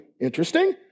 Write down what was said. Interesting